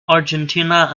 argentina